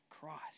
Christ